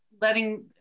letting